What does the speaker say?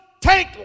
take